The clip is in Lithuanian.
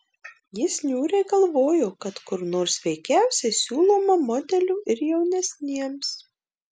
jis niūriai galvojo kad kur nors veikiausiai siūloma modelių ir jaunesniems